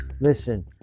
Listen